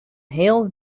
heel